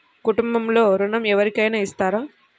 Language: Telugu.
కుటుంబంలో ఋణం ఎవరికైనా ఇస్తారా?